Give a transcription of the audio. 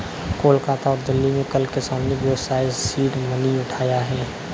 कोलकाता और दिल्ली में कल किसान ने व्यवसाय सीड मनी उठाया है